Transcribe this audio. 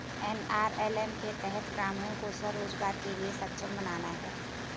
NRLM के तहत ग्रामीणों को स्व रोजगार के लिए सक्षम बनाना है